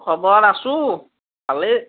খবৰ আছোঁ ভালেই